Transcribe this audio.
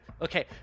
Okay